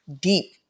deep